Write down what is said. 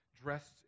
dressed